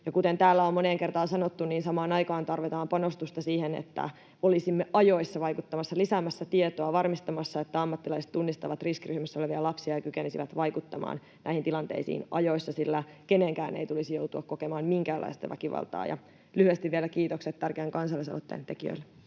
kuten täällä on moneen kertaan sanottu, samaan aikaan tarvitaan panostusta siihen, että olisimme ajoissa vaikuttamassa, lisäämässä tietoa, varmistamassa, että ammattilaiset tunnistavat riskiryhmässä olevia lapsia ja kykenisivät vaikuttamaan näihin tilanteisiin ajoissa, sillä kenenkään ei tulisi joutua kokemaan minkäänlaista väkivaltaa. Ja lyhyesti vielä kiitokset tärkeän kansalaisaloitteen tekijöille.